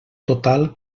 total